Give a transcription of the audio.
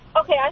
Okay